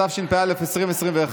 התשפ"א 2021,